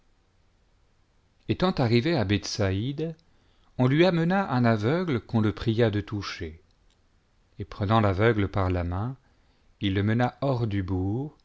etant arrivé à bethsaïde on lui amena un aveugle qu'on le pria de toucher et prenant l'aveugle par la main il le mena hors du bourg